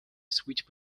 switch